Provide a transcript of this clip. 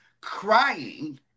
crying